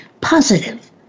positive